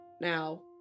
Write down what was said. Now